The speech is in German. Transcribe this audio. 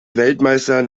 weltmeister